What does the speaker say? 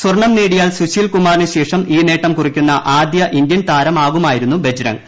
സ്വർണം നേടിയാൽ സുശീൽ കുമാറിനുശേഷം ഈ നേട്ടം കുറിക്കുന്ന ആദ്യ ഇന്തൃൻ താരമാകുമായിരുന്നു ബജ്രംഗ്